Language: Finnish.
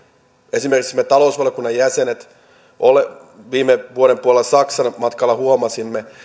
esimerkiksi me talousvaliokunnan jäsenet viime vuoden puolella saksan matkalla huomasimme